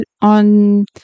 on